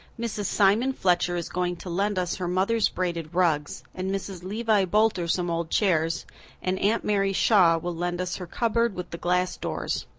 mrs. simon fletcher is going to lend us her mother's braided rugs and mrs. levi boulter some old chairs and aunt mary shaw will lend us her cupboard with the glass doors.